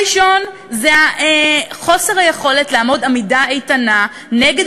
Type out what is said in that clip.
הראשון זה חוסר היכולת לעמוד עמידה איתנה נגד